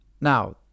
Now